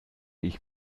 ich